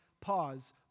Pause